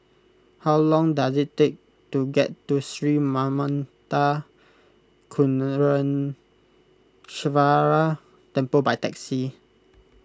how long does it take to get to Sri Manmatha Karuneshvarar Temple by taxi